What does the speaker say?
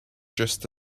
just